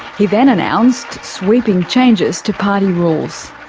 he then announced sweeping changes to party rules.